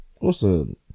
Awesome